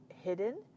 hidden